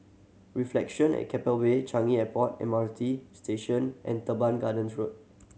Reflection at Keppel Bay Changi Airport M R T Station and Teban Gardens Road